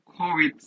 COVID